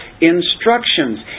instructions